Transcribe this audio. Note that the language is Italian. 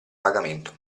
pagamento